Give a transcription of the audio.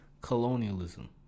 colonialism